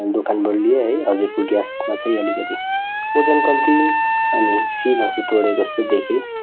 दोकानबाट लिएँ है हजुरको ग्यासमा चाहिँ अलिकति ओजन कम्ती अनि सिलहरू तोडेको जस्तो देखेँ